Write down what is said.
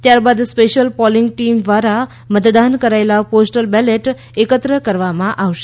ત્યારબાદ special polling team દ્વારા મતદાન કરાયેલા પોસ્ટલ બેલેટ એકત્ર કરવામાં આવશે